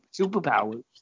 superpowers